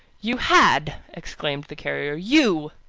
you had! exclaimed the carrier. you!